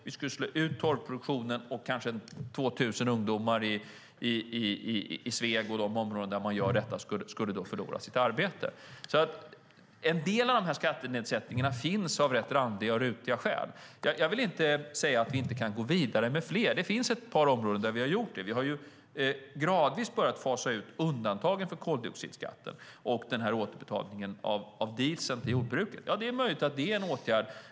Vi skulle slå ut torvproduktionen. Kanske 2 000 ungdomar i Sveg och i de andra områdena där man gör detta skulle förlora sitt arbete. En del av dessa skattenedsättningar finns av randiga och rutiga skäl. Jag vill inte säga att vi inte kan gå vidare med fler. Det finns ett par områden där vi har gjort det. Vi har gradvis börjat fasa ut undantagen för koldioxidskatten och återbetalningen av diesel till jordbruket. Ja, det är möjligt att det är en åtgärd.